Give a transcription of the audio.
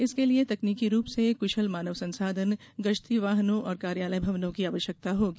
इसके लिए तकनीकी रूप से कुशल मानव संसाधन गश्ती वाहनों और कार्यालय भवनों की आवश्यकता होगी